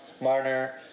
Marner